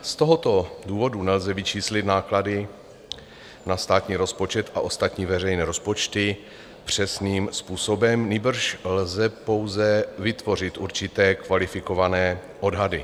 Z tohoto důvodu nelze vyčíslit náklady na státní rozpočet a ostatní veřejné rozpočty přesným způsobem, nýbrž lze pouze vytvořit určité kvalifikované odhady.